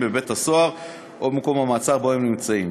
בבית-הסוהר או במקום המעצר שבו הם נמצאים.